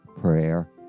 prayer